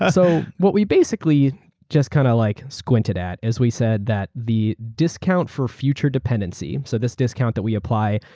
ah so what we basically just kind of like squinted at, as we said that the discount for future dependency. so this discount that we apply,